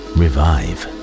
revive